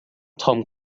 tom